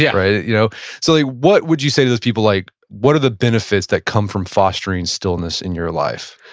yeah right? you know so, what would you say to those people? like what are the benefits that come from fostering stillness in your life?